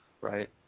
right